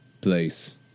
place